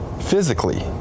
physically